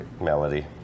Melody